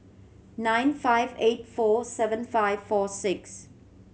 nine five eight four seven five four six